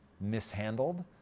mishandled